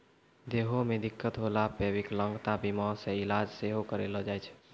देहो मे दिक्कत होला पे विकलांगता बीमा से इलाज सेहो करैलो जाय छै